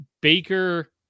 Baker